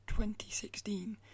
2016